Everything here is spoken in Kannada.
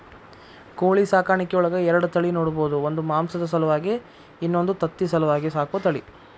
ಕೋಳಿ ಸಾಕಾಣಿಕೆಯೊಳಗ ಎರಡ ತಳಿ ನೋಡ್ಬಹುದು ಒಂದು ಮಾಂಸದ ಸಲುವಾಗಿ ಇನ್ನೊಂದು ತತ್ತಿ ಸಲುವಾಗಿ ಸಾಕೋ ತಳಿ